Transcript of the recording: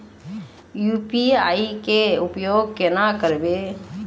UPI के उपयोग केना करबे?